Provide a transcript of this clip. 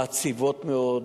מעציבות מאוד,